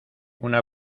una